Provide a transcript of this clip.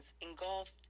engulfed